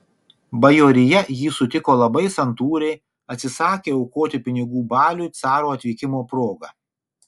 bajorija jį sutiko labai santūriai atsisakė aukoti pinigų baliui caro atvykimo proga